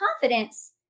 confidence